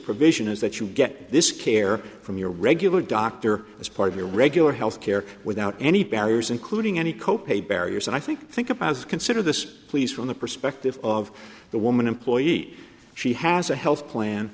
provision is that you get this care from your regular doctor as part of your regular health care without any barriers including any co pay barriers and i think think about it consider this please from the perspective of the woman employee she has a health plan